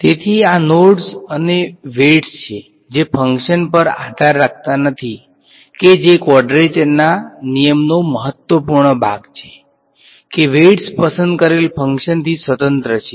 તેથી આ નોડ્સ અને વેઈટ્સ છે જે ફંકશન પર આધાર રાખતા નથી કે જે ક્વોડ્રેચરના નિયમનો મહત્વપૂર્ણ ભાગ છે કે વેઈટ્સ પસંદ કરેલ ફંકશનથી સ્વતંત્ર છે